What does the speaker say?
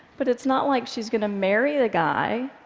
but it's not like she's going to marry the guy.